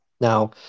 now